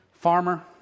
farmer